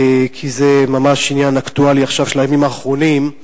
כי זה ממש עניין אקטואלי של הימים האחרונים: